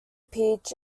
peach